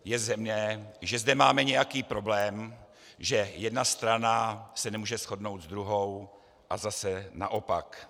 Je zřejmé, že zde máme nějaký problém, že jedna strana se nemůže shodnout s druhou a zase naopak.